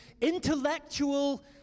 intellectual